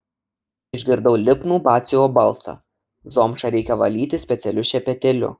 išgirdau lipnų batsiuvio balsą zomšą reikia valyti specialiu šepetėliu